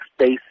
space